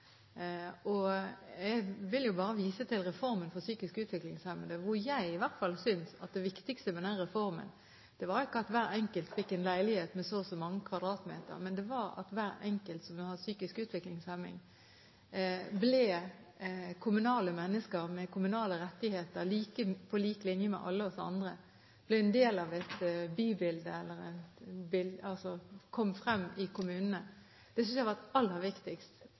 Jeg vil bare vise til reformen for psykisk utviklingshemmede. Jeg synes i hvert fall at det viktigste ved den reformen ikke var at hver enkelt fikk en leilighet med så og så mange kvadratmeter, men det var at hver enkelt som har psykisk utviklingshemning, ble kommunale mennesker med kommunale rettigheter, på lik linje med alle oss andre. De ble en del av et bybilde – kom altså frem i kommunene. Jeg synes det var aller viktigst,